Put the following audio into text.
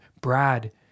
Brad